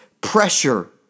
pressure